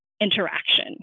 interaction